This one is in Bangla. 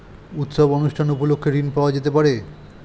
উৎসব অনুষ্ঠান উপলক্ষে ঋণ পাওয়া যেতে পারে?